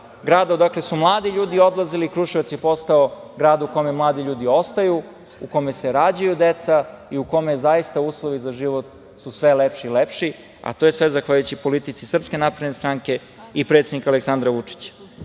grada odakle su mladi ljudi odlazili, Kruševac je postao grad u kome mladi ljudi ostaju, u kome se rađaju deca i u kome su zaista uslovi za život sve lepši i lepši, a to je sve zahvaljujući politici SNS i predsednika Aleksandra Vučića.I